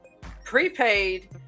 Prepaid